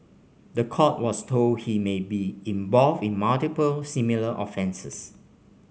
the court was told he may be involved in multiple similar offences